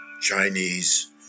Chinese